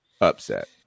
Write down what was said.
upset